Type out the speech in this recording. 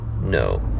No